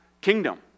kingdom